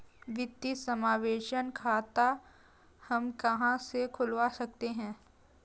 वित्तीय समावेशन खाता हम कहां से खुलवा सकते हैं?